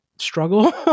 struggle